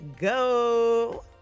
go